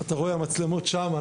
אתה רואה המצלמות שם.